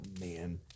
man